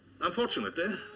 Unfortunately